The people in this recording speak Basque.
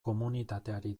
komunitateari